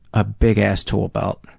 a big-ass tool belt.